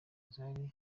zari